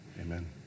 amen